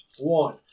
One